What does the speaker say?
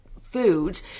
food